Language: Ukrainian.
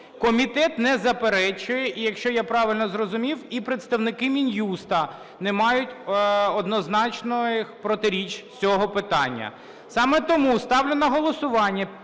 Комітет не заперечує, і якщо я правильно зрозумів, і представники Мін'юсту не мають однозначних протиріч з цього питання. Саме тому ставлю на голосування